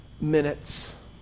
minutes